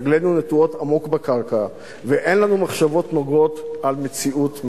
רגלינו נטועות עמוק בקרקע ואין לנו מחשבות נוגות על מציאות מדומה.